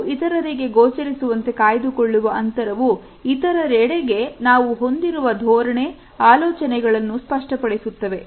ನಾವು ಇತರರಿಗೆ ಗೋಚರಿಸುವಂತೆ ಕಾಯ್ದುಕೊಳ್ಳುವ ಅಂತರವು ಇತರರೆಡೆಗೆ ನಾವು ಹೊಂದಿರುವ ಧೋರಣೆ ಆಲೋಚನೆಗಳನ್ನು ಸ್ಪಷ್ಟಪಡಿಸುತ್ತವೆ